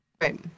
Right